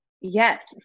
Yes